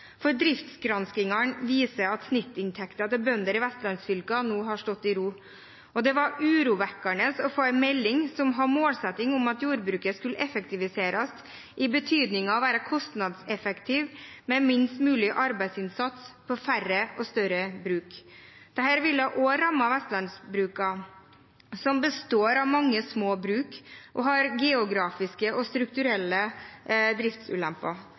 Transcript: for driftsgranskingene viser at snittinntekten til bønder i vestlandsfylkene nå har stått i ro. Det var urovekkende å få en melding som har som målsetting at jordbruket skulle effektiviseres, i betydningen å være kostnadseffektivt, med minst mulig arbeidsinnsats for færre og større bruk. Dette ville også rammet vestlandsbrukene, som består av mange små bruk, og som har geografiske og strukturelle driftsulemper.